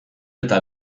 eta